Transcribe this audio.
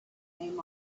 name